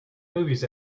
movies